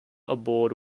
aboard